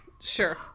Sure